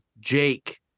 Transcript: Jake